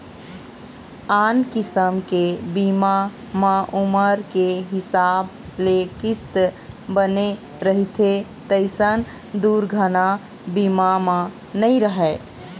आन किसम के बीमा म उमर के हिसाब ले किस्त बने रहिथे तइसन दुरघना बीमा म नइ रहय